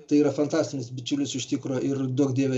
tai yra fantastinis bičiulis iš tikro ir duok dieve